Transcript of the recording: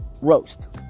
roast